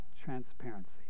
transparency